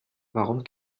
warum